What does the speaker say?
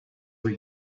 were